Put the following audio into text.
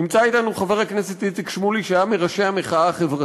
נמצא אתנו חבר הכנסת איציק שמולי שהיה מראשי המחאה החברתית,